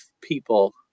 people